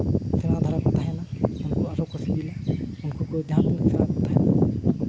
ᱥᱮᱬᱟ ᱫᱷᱟᱨᱟ ᱠᱚ ᱛᱟᱦᱮᱱᱟ ᱩᱱᱠᱩ ᱟᱨ ᱦᱚᱸᱠᱚ ᱥᱤᱵᱤᱞᱟ ᱩᱱᱠᱩ ᱠᱚ ᱡᱟᱦᱟᱸ ᱛᱤᱱᱟᱹᱜ ᱥᱮᱬᱟ ᱠᱚ ᱛᱟᱦᱮᱱᱟ